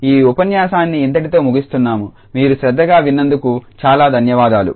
ఈ ఉపన్యాసాన్ని ఇంతటితో ముగిస్తున్నాను మీరు శ్రద్దగా విన్నందుకు చాలా ధన్యవాదాలు